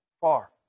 far